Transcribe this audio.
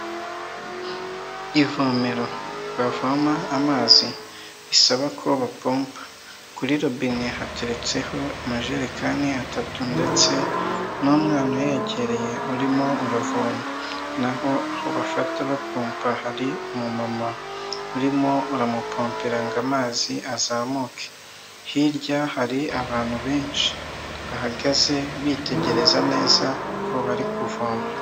Ivomero bavoma amazi bisaba ko bapompa. Kuri robine hateretseho amajerekani atatu ndetse n'umwana uyegereye urimo uravoma. Naho aho bafata bapompa hari umumama urimo uramupompera ngo amazi azamuke. Hirya hari abantu benshi bahagaze bitegereza neza uko bari kuvoma.